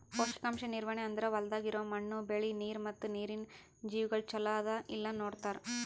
ಪೋಷಕಾಂಶ ನಿರ್ವಹಣೆ ಅಂದುರ್ ಹೊಲ್ದಾಗ್ ಇರೋ ಮಣ್ಣು, ಬೆಳಿ, ನೀರ ಮತ್ತ ನೀರಿನ ಜೀವಿಗೊಳ್ ಚಲೋ ಅದಾ ಇಲ್ಲಾ ನೋಡತಾರ್